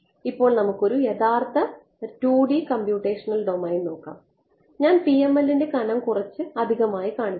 ഇപ്പോൾ നമുക്ക് ഒരു യഥാർത്ഥ 2D കമ്പ്യൂട്ടേഷണൽ ഡൊമെയ്ൻ നോക്കാം ഞാൻ PML ൻറെ കനം കുറച്ച് അധികമായി കാണിക്കുന്നു